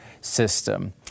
system